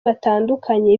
batandukanye